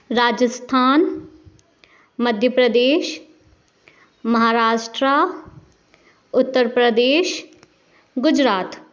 Rajasthan Madhya Pradesh Maharashtra Uttar Pradesh Gujarat